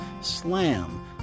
SLAM